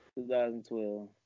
2012